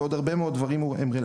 ועוד הרבה מאוד דברים רלוונטיים